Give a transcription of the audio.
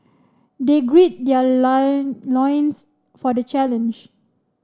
they gird their loins for the challenge